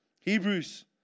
Hebrews